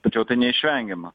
tačiau tai neišvengiama